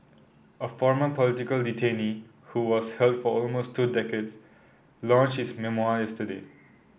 a former political detainee who was held for almost two decades launched his memoir yesterday